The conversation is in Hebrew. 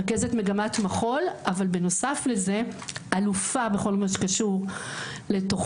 רכזת מגמת מחול אבל בנוסף לזה אלופה בכל מה שקשור לתוכנות